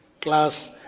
class